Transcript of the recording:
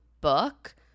book